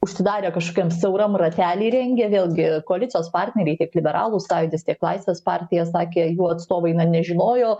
užsidarę kažkokiam siauram rately rengė vėlgi koalicijos partneriai tiek liberalų sąjūdis tiek laisvės partija sakė jų atstovai na nežinojo